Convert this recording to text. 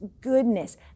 goodness